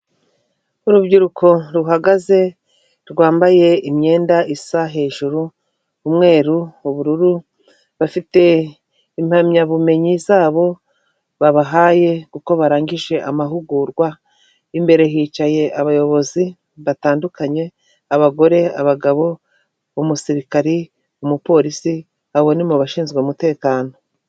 Urubyiruko ruhagaze rwambaye imyenda isa hejuru umweru, ubururu, bafite impamyabumenyi zabo babahaye kuko barangije amahugurwa, imbere hicaye abayobozi batandukanye, abagore, abagabo, umusirikari, umupolisi, abo ni mu bashinzwe umutekano.